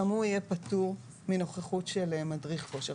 גם הוא יהיה פטור מנוכחות של מדריך כושר.